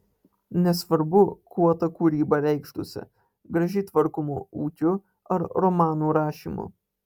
nesvarbu kuo ta kūryba reikštųsi gražiai tvarkomu ūkiu ar romanų rašymu